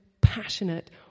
passionate